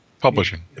publishing